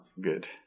Good